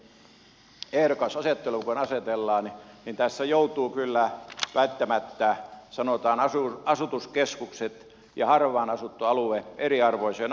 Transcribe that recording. kun mietimme sitten ehdokasasettelua niin tässä joutuvat kyllä välttämättä sanotaan asutuskeskukset ja harvaan asuttu alue eriarvoiseen asemaan